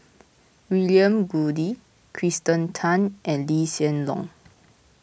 William Goode Kirsten Tan and Lee Hsien Loong